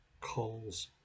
calls